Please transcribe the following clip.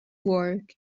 work